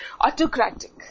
autocratic